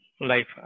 life